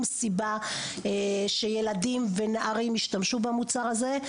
סיבה שילדים ונערים ישתמשו במוצר הזה.